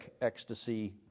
ecstasy